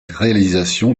réalisation